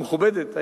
המכובדת,